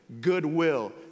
goodwill